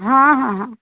ହଁ ହଁ ହଁ